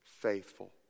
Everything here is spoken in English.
faithful